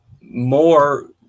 more